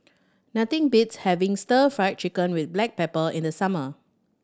nothing beats having Stir Fry Chicken with black pepper in the summer